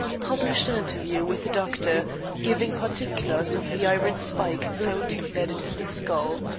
published an interview with the doctor giving particulars of the iron spike found imbedded in the skull.